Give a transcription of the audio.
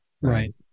Right